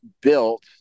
built